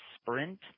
sprint